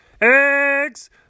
Eggs